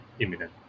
imminent